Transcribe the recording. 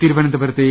തിരുവനന്തപുരത്ത് എ